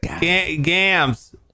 gams